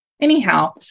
Anyhow